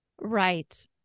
Right